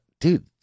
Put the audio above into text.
Dude